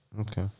Okay